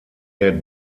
der